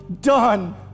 done